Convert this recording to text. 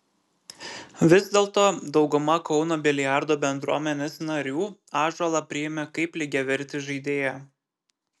vis dėlto dauguma kauno biliardo bendruomenės narių ąžuolą priėmė kaip lygiavertį žaidėją